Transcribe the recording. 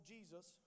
Jesus